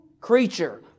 creature